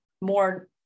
more